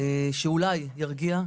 שאולי ירגיע,